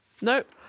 Nope